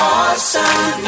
awesome